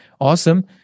Awesome